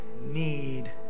need